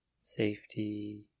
Safety